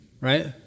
right